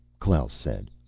klaus said.